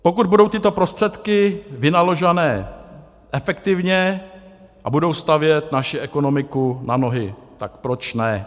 Pokud budou tyto prostředky vynaložené efektivně a budou stavět naši ekonomiku na nohy, tak proč ne.